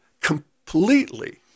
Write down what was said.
completely